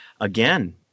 again